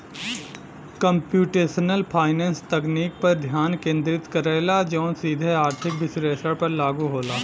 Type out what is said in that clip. computational finance तकनीक पर ध्यान केंद्रित करला जौन सीधे आर्थिक विश्लेषण पर लागू होला